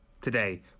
today